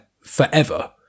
forever